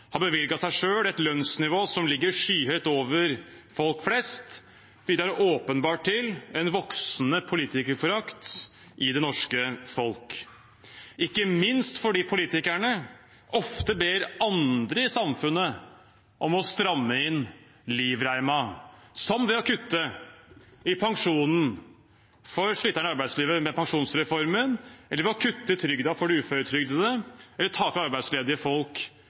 har bevilget seg selv et lønnsnivå som ligger skyhøyt over det folk flest har, bidrar åpenbart til en voksende politikerforakt i det norske folket – ikke minst fordi politikerne ofte ber andre i samfunnet om å stramme inn livreima, som ved å kutte i pensjonen til sliterne i arbeidslivet gjennom pensjonsreformen, ved å kutte i trygden for de uføretrygdede, eller ved å ta fra arbeidsledige folk